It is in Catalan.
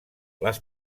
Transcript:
les